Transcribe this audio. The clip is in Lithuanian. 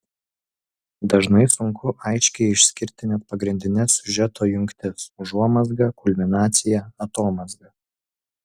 dažnai sunku aiškiai išskirti net pagrindines siužeto jungtis užuomazgą kulminaciją atomazgą